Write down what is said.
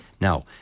Now